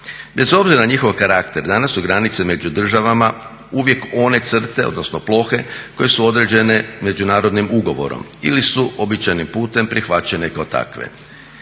Bez obzira na njihov karakter danas su granice među državama uvijek one crte odnosno plohe koje su određene međunarodnim ugovorom ili su uobičajenim putem prihvaćene kao takve.